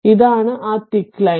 ഇതാണ് ആ thick line